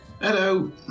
hello